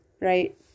right